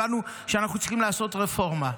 הבנו שאנחנו צריכים לעשות רפורמה,